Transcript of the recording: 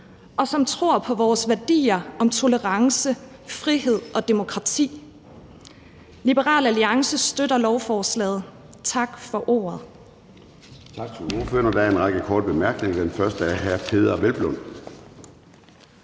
og som tror på vores værdier om tolerance, frihed og demokrati. Liberal Alliance støtter lovforslaget. Tak for ordet.